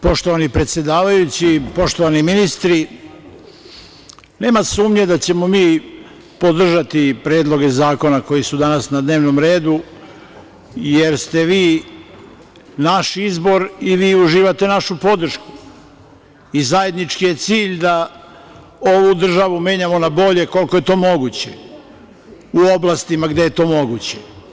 Poštovani predsedavajući, poštovani ministri, nema sumnje da ćemo mi podržati predloge zakona koji su danas na dnevnom redu jer ste vi naš izbor i vi uživate našu podršku i zajednički je cilj da ovu državu menjamo na bolje koliko je to moguće u oblastima gde je to moguće.